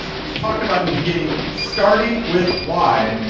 we talked about in the beginning starting with why,